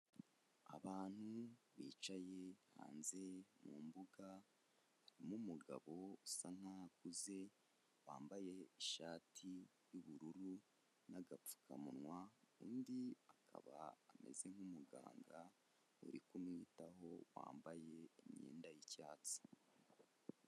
Abantu bicaye hanze mu mbuga harimo umugabo usa nkaho akuze, wambaye ishati y'ubururu n'agapfukamunwa undi akaba ameze nk'umuganga uri kumwitaho, wambaye imyenda y'icyatsi.